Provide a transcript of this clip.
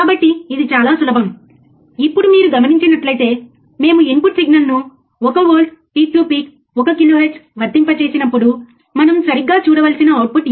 కాబట్టి మేము ఎలా చేయగలమో చూద్దాం నేను అదే సర్క్యూట్ ని బ్రెడ్బోర్డులో మీకు చూపిస్తాను ఆపై అది ఎలా ఉంటుందో చూద్దాం